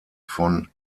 von